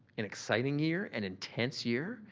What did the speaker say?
an exciting year, an intense year.